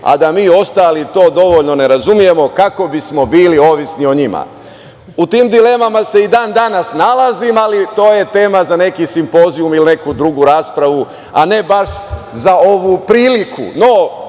a da mi ostali to dovoljno ne razumemo kako bismo bili ovisni o njima.U tim dilemama se i dan danas nalazim, ali to je tema za neki simpozijum ili neku drugu raspravu, a ne baš za ovu priliku.